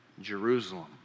Jerusalem